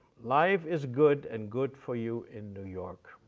life is good and good for you in new york,